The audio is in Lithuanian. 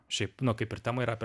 šiaip nu kaip ir tema yra apie